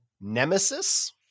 Nemesis